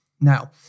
Now